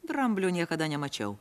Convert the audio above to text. dramblio niekada nemačiau